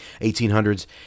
1800s